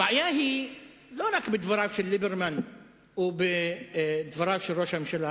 הבעיה היא לא רק בדבריו של ליברמן או בדבריו של ראש הממשלה.